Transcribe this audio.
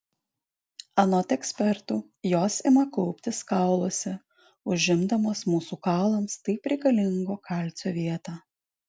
anot ekspertų jos ima kauptis kauluose užimdamos mūsų kaulams taip reikalingo kalcio vietą